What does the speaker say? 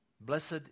blessed